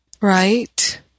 Right